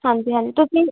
ਹਾਂਜੀ ਹਾਂਜੀ ਤੁਸੀਂ